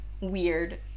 weird